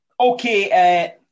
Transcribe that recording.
Okay